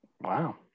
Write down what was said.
wow